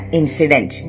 incident